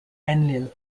enlil